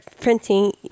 printing